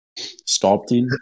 sculpting